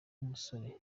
umusore